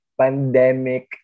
pandemic